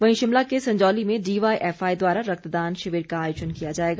वहीं शिमला के संजौली में डीवाईएफआई द्वारा रक्तदान शिविर का आयोजन किया जाएगा